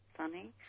Sunny